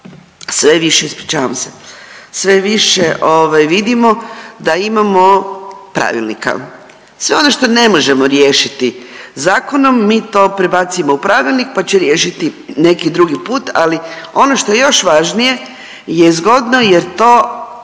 sve više, ispričavam se, sve više vidimo da imamo pravilnika. Sve ono što ne možemo riješiti zakonom mi to prebacimo u pravilnik, pa će riješiti neki drugi put. Ali ono što je još važnije je zgodno jer to